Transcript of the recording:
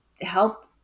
help